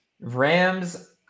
Rams